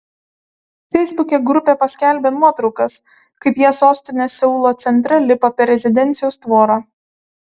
feisbuke grupė paskelbė nuotraukas kaip jie sostinės seulo centre lipa per rezidencijos tvorą